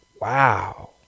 Wow